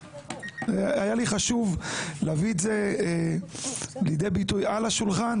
היה לי חשוב להביא את זה לידי ביטוי על השולחן,